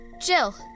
Jill